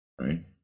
right